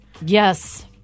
Yes